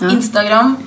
Instagram